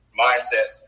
mindset